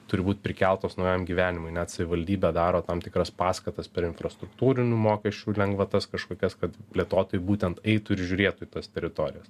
turi būt prikeltos naujam gyvenimui net savivaldybė daro tam tikras paskatas per infrastruktūrinių mokesčių lengvatas kažkokias kad plėtotojai būtent eitų ir žiūrėtų į tas teritorijas